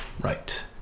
Right